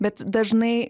bet dažnai